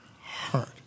heart